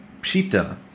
Pshita